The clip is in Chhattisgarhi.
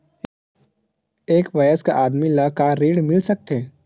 एक वयस्क आदमी ल का ऋण मिल सकथे?